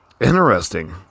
Interesting